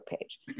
page